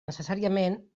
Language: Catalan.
necessàriament